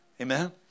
Amen